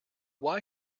why